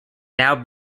now